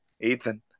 Ethan